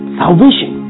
salvation